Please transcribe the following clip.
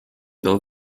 pela